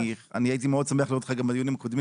אני הייתי מאוד שמח להיות חלק גם בדיונים הקודמים,